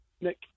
Nick